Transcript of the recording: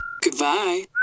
Goodbye